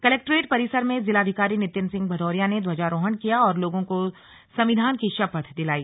collectorate परिसर में जिलाधिकारी नितिन सिंह भदौरिया ने ध्वजारोहण किया और लोगों को संविधान की प्रतिबद्वता की शपथ दिलाई